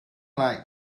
like